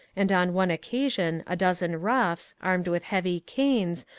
and on one occasion a dozen roughs, armed with heavy canes,